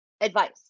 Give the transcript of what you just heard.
advice